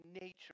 nature